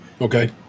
Okay